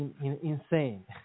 insane